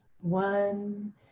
one